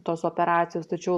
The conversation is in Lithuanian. tos operacijos tačiau